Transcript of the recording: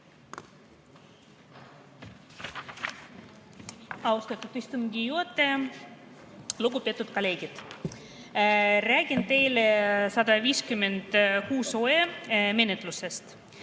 Austatud istungi juhataja! Lugupeetud kolleegid! Räägin teile 156 OE menetlusest.